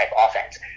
offense